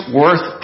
worth